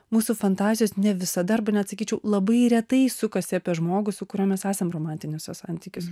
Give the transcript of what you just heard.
mūsų fantazijos ne visada arba net sakyčiau labai retai sukasi apie žmogų su kuriuo mes esam romantiniuose santykiuos